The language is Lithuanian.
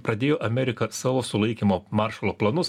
pradėjo amerika savo sulaikymo maršalo planus